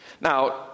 Now